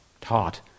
taught